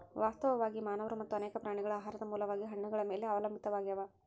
ವಾಸ್ತವವಾಗಿ ಮಾನವರು ಮತ್ತು ಅನೇಕ ಪ್ರಾಣಿಗಳು ಆಹಾರದ ಮೂಲವಾಗಿ ಹಣ್ಣುಗಳ ಮೇಲೆ ಅವಲಂಬಿತಾವಾಗ್ಯಾವ